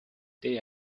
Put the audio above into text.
they